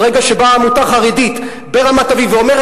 ברגע שבאה עמותה חרדית ברמת-אביב ואומרת,